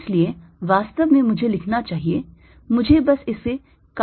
इसलिए वास्तव में मुझे लिखना चाहिए मुझे बस इसे काटने और सही करने दीजिए